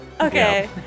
Okay